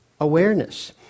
awareness